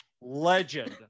Legend